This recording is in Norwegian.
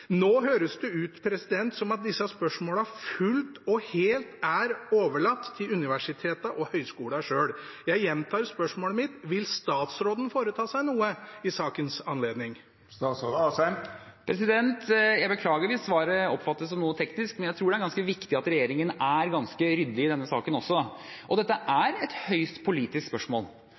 Nå høres det ut som om disse spørsmålene fullt og helt er overlatt til universitetene og høyskolene selv. Jeg gjentar spørsmålet mitt: Vil statsråden foreta seg noe i sakens anledning? Jeg beklager hvis svaret oppfattes som noe teknisk, men jeg tror det er viktig at regjeringen er ganske ryddig i denne saken også. Dette er et høyst politisk spørsmål,